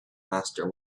master